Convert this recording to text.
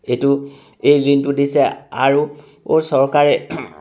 এইটো এই ঋণটো দিছে আৰু চৰকাৰে